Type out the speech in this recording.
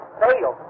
fail